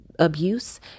abuse